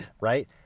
right